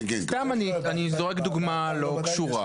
סתם אני זורק דוגמה לא קשורה.